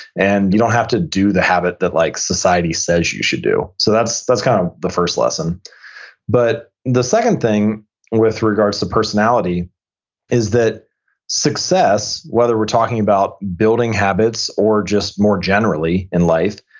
and you don't have to do the habit that like society says you should do. so that's that's kind of the first lesson but the second thing with regards to personality is that success, whether we're talking about building habits or just more generally in life,